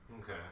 Okay